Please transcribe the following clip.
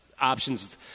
options